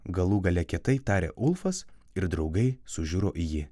galų gale kietai tarė ulfas ir draugai sužiuro į jį